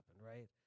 right